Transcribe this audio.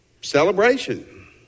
Celebration